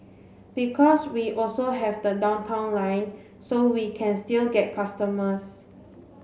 because we also have the Downtown Line so we can still get customers